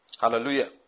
Hallelujah